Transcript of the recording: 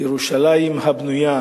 ירושלים הבנויה